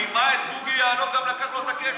רימה את בוגי יעלון, גם לקח לו את הכסף.